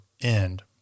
end